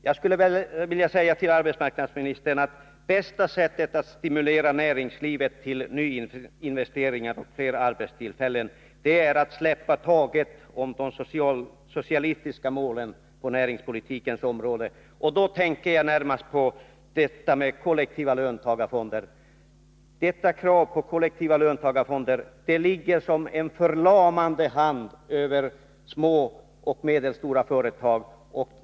Jag skulle vilja säga till arbetsmarknadsministern att bästa sättet att stimulera näringslivet till nyinvesteringar och fler arbetstillfällen är att släppa taget om de socialistiska målen på näringspolitikens område. Då tänker jag närmast på detta med kollektiva löntagarfonder. Kravet på kollektiva löntagarfonder ligger som en förlamande hand över små och medelstora företag.